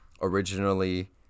originally